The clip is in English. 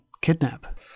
kidnap